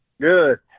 Good